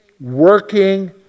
working